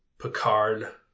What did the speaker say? Picard